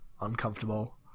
uncomfortable